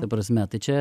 ta prasme tai čia